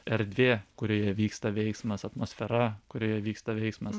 erdvė kurioje vyksta veiksmas atmosfera kurioje vyksta veiksmas